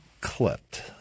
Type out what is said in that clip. clipped